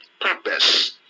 Purpose